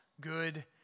good